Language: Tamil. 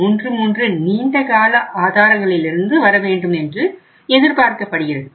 33 நீண்ட கால ஆதாரங்களிலிருந்து வரவேண்டும் என்று எதிர்பார்க்கப்படுகிறது